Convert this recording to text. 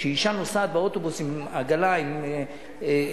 שאשה נוסעת באוטובוס עם עגלה עם תינוקות